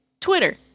Twitter